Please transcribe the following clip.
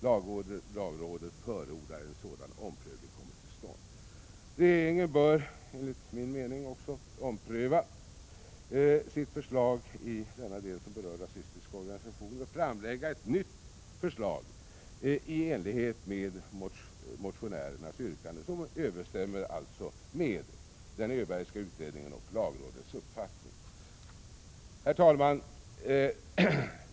Lagrådet förordar att en sådan omprövning kommer till stånd.” Regeringen bör också enligt min mening ompröva sitt förslag i denna del som berör rasistiska organisationer och framlägga ett nytt förslag i enlighet med motionärernas yrkande, som alltså överensstämmer med den Öbergska utredningen och lagrådets uppfattning. Herr talman!